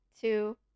two